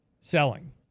selling